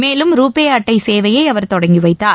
மேலும் ரூபே அட்டை சேவையை அவர் தொடங்கி வைத்தார்